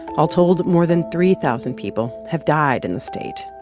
all told, more than three thousand people have died in the state.